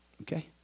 Okay